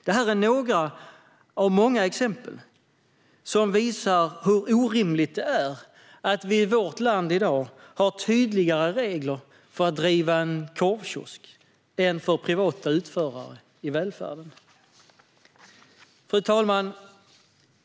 Detta är några av många exempel som visar hur orimligt det är att vi i vårt land i dag har tydligare regler för att driva en korvkiosk än för privata utförare inom välfärden. Fru talman!